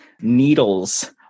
needles